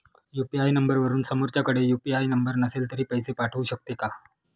UPI नंबरवरून समोरच्याकडे UPI number नसेल तरी पैसे पाठवू शकते का?